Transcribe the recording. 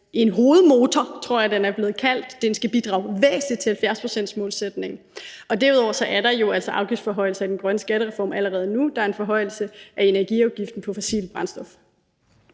en hovedmotor, som jeg tror den er blevet kaldt, og at den skal bidrage væsentligt til 70-procentsmålsætningen. Derudover er der jo altså afgiftsforhøjelser i den grønne skattereform allerede nu. Der er en forhøjelse af energiafgiften på fossilt brændstof.